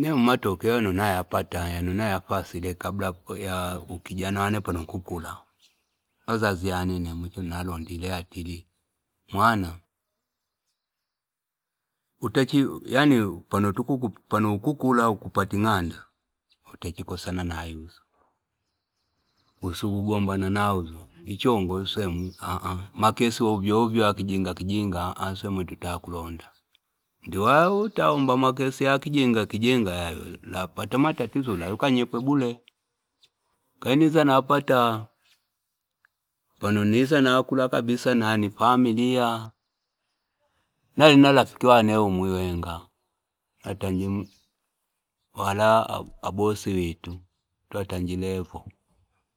Nemloi matokeo yano nayapat yano izayafa sile kablaya ukijana wane pano nkukula azazi yane nemwi china nakondile yatile mwana yani pano ukukula pano au ukupata ing'anda utachikosana na yuzo kusi kugombana na yuzo ichongo swemwi, makesi ovyooovyo ayakijinga kijinga, swemu tutakuonda nali waya utaomba makesi akijinga swemwi tutakulonda ndi waya utaomba makesi akijinga ulapata matatatizo ulaya ukanyepwe bure kaili niza napata panoniza nakula kabisa naya ni familia nali na rafiki wane umwi wenga yatanji wali abosi witu twatanji Revo